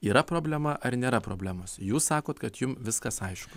yra problema ar nėra problemos jus sakot kad jum viskas aišku